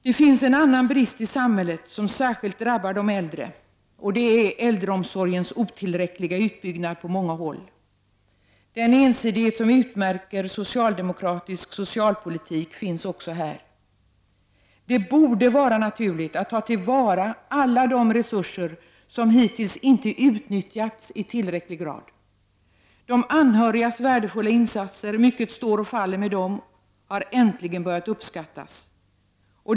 Det finns en annan brist i samhället som särskilt drabbar de äldre, och det är äldreomsorgens otillräckliga utbyggnad på många håll. Den ensidighet som utmärker socialdemokratisk socialpolitik finns också här. Det borde vara naturligt att ta till vara alla de resurser som hittills inte utnyttjats i tillräcklig grad. De anhörigas värdefulla insatser — mycket står och faller med dem -— har äntligen börjat uppskattas.